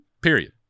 period